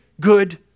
good